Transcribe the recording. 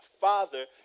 father